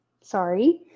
sorry